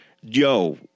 Yo